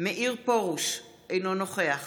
מאיר פרוש, אינו נוכח